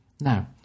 Now